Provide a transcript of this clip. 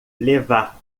levar